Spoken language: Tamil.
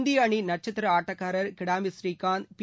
இந்திய அணி நட்சத்திர ஆட்டக்காரர் கிதாம்பி புரீகாந்த் பி